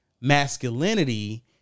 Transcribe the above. masculinity